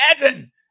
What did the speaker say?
imagine